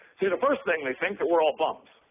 the the first thing, they think that we're all bums.